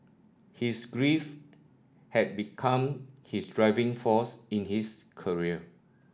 his grief had become his driving force in his career